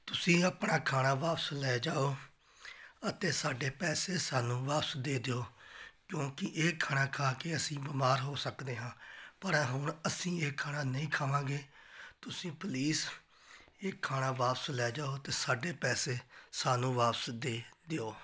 ਤੁਸੀਂ ਆਪਣਾ ਖਾਣਾ ਵਾਪਿਸ ਲੈ ਜਾਓ ਅਤੇ ਸਾਡੇ ਪੈਸੇ ਸਾਨੂੰ ਵਾਪਿਸ ਦੇ ਦਿਓ ਕਿਉਂਕਿ ਇਹ ਖਾਣਾ ਖਾ ਕੇ ਅਸੀਂ ਬਿਮਾਰ ਹੋ ਸਕਦੇ ਹਾਂ ਪਰ ਹੁਣ ਅਸੀਂ ਇਹ ਖਾਣਾ ਨਹੀਂ ਖਾਵਾਂਗੇ ਤੁਸੀਂ ਪਲੀਜ਼ ਇਹ ਖਾਣਾ ਵਾਪਿਸ ਲੈ ਜਾਓ ਅਤੇ ਸਾਡੇ ਪੈਸੇ ਸਾਨੂੰ ਵਾਪਿਸ ਦੇ ਦਿਓ